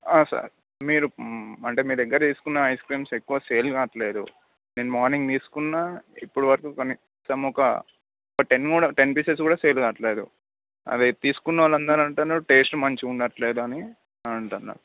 sir మీరు అంటే మీ దగ్గర తీసుకున్న ఐస్ క్రీమ్స్ ఎక్కువ సేల్ కాట్లేదు నేను మార్నింగ్ తీసుకున్నా ఇప్పుడు వరకు కొన్ని సమ్ ఒక టెన్ మోడల్ టెన్ పీసెస్ కూడా సేల్ కావట్లేదు అవి తీసుకున్న వాళ్ళు అందరంటున్నారు టేస్ట్ మంచిగుండట్లేదని అని అంటున్నారు